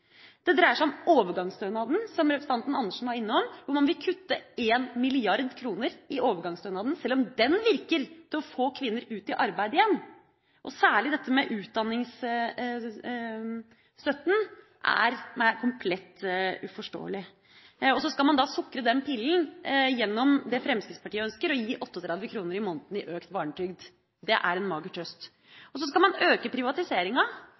Det dreier seg om overgangsstønaden – som representanten Andersen var innom – som man vil kutte med 1 mrd. kr, selv om den virker til å få kvinner ut i arbeid igjen. Særlig dette med utdanningsstøtta er meg komplett uforståelig. Man skal sukre den pillen gjennom det Fremskrittspartiet ønsker – å gi 38 kr i måneden i økt barnetrygd. Det er en mager trøst. Man skal øke privatiseringa,